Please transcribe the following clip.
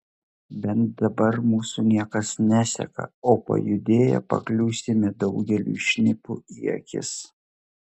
bent dabar mūsų niekas neseka o pajudėję pakliūsime daugeliui šnipų į akis